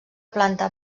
planta